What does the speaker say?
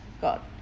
got